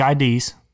IDs